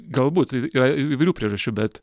galbūt y yra įvairių priežasčių bet